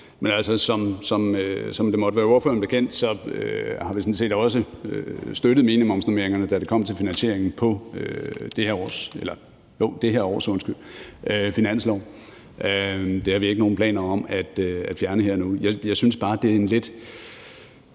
Men som det må være ordføreren bekendt, har vi sådan set også støttet minimumsnormeringerne, da det kom til finansieringen på det her års finanslov. Det har vi ikke nogen planer om at fjerne her og nu. Jeg synes bare, det er en lidt